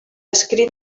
escrit